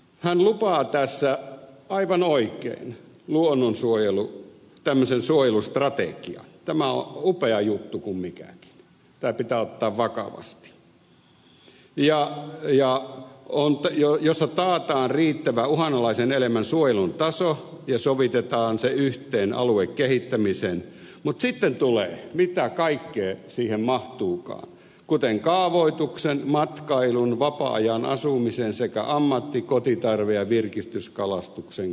hän lupaa tässä aivan oikein tämmöisen suojelustrategian tämä on upea juttu kuin mikä tämä pitää ottaa vakavasti jossa taataan riittävä uhanalaisen eläimen suojelun taso ja sovitetaan se yhteen aluekehittämisen mutta sitten tulee mitä kaikkea siihen mahtuukaan kuten kaavoituksen matkailun vapaa ajan asumisen sekä ammatti kotitarve ja virkistyskalastuksen kanssa